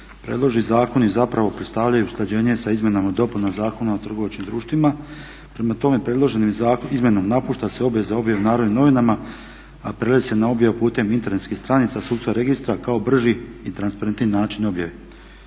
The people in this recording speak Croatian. Predloženi zakoni zapravo predstavljaju usklađenje sa Izmjenama i dopunama Zakona o trgovačkim društvima. Prema tome predloženom izmjenom napušta se obveza objave u Narodnim novinama a prelazi se na objavu putem internetskih stranica, sudskog registra kao brži i transparentniji način objave.